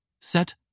Set